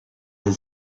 del